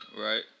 Right